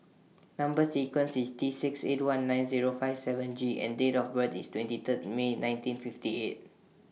Number sequence IS T six eight one nine Zero five seven G and Date of birth IS twenty Third May nineteen fifty eight